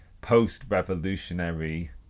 post-revolutionary